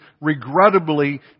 regrettably